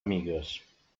amigues